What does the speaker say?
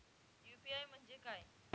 UPI म्हणजे काय?